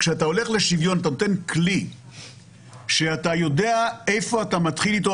כשאתה הולך לשוויון אתה נותן כלי שאתה יודע איפה אתה מתחיל איתו,